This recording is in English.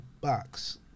box